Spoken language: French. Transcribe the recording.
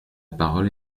parole